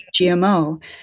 GMO